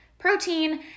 protein